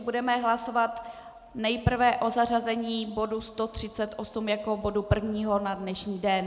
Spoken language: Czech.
Budeme hlasovat nejprve o zařazení bodu 138 jako bodu prvního na dnešní den.